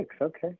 Okay